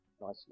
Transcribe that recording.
nicely